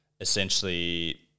essentially –